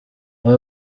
aba